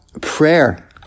prayer